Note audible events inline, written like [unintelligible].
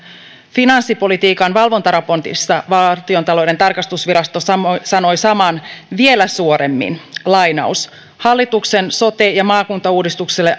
finanssipolitiikan valvontaraportissa valtiontalouden tarkastusvirasto sanoi saman vielä suoremmin hallituksen sote ja maakuntauudistukselle [unintelligible]